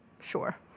Sure